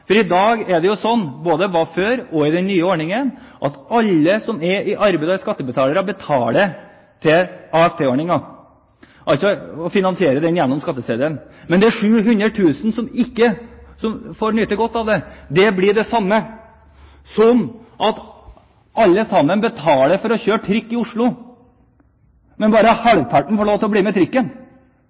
og i den nye ordningen – at alle som er i arbeid og er skattebetalere, betaler inn til AFP-ordningen, altså finansierer den gjennom skatteseddelen. Men det er 700 000 som ikke får nyte godt av det. Det blir det samme som at alle sammen betaler for å kjøre trikk i Oslo, men bare halvparten får lov til å bli med trikken.